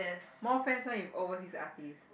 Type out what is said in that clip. more fans one if overseas artists